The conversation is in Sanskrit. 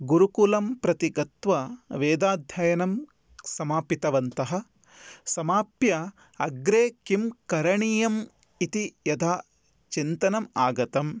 गुरुकुलं प्रति गत्वा वेदाध्ययनं समापितवन्तः समाप्य अग्रे किं करणीयम् इति यदा चिन्तनम् आगतं